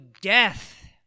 death